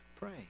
pray